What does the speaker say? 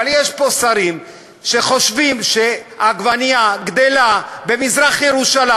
אבל יש פה שרים שחושבים שעגבנייה גדלה במזרח-ירושלים,